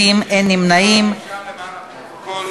חוק ממשלתית שיזמה שרת המשפטים איילת שקד,